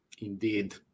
indeed